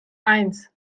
eins